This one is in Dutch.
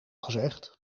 gezegd